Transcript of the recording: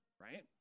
right